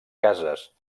cases